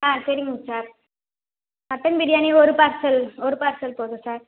ஆ சரிங்க sir mutton biryani ஒரு parcel ஒரு பார்சல் போதும் சார்